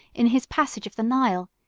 in his passage of the nile,